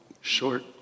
short